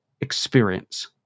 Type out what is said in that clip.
experience